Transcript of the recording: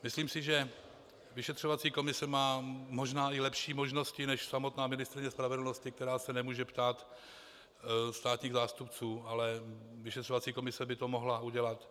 Myslím si, že vyšetřovací komise má možná i lepší možnosti než samotná ministryně spravedlnosti, která se nemůže ptát státních zástupců, ale vyšetřovací komise by to mohla udělat.